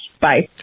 Bye